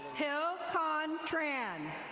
hill khan tran.